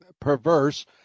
perverse